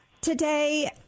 Today